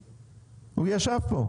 הוא ישב פה.